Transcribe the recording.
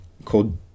Called